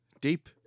deep